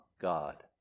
God